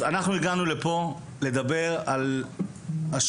אנחנו הגענו לפה כדי לדבר על השיעור